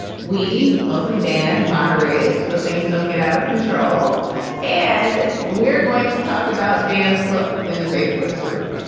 we mostly ban moderated so things don't get out of control and we're going to talk about dan's book in the facebook group.